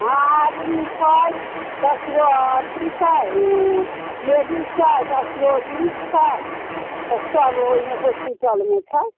हँ आदमी छै दश गो अथी छै लेडिज छै दश गो जिन्ट्स छै आ कए गो ओहिमे होस्पिटलमे छै